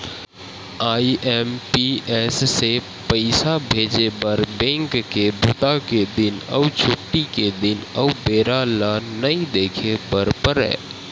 IMPS से पइसा भेजे बर बेंक के बूता के दिन अउ छुट्टी के दिन अउ बेरा ल नइ देखे बर परय